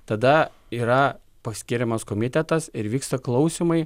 tada yra paskiriamas komitetas ir vyksta klausymai